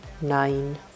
nine